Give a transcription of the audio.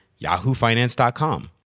yahoofinance.com